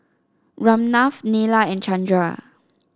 Ramnath Neila and Chandra